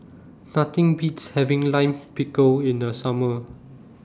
Nothing Beats having Lime Pickle in The Summer